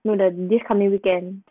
no the this coming weekend